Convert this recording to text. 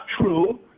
true